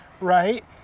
right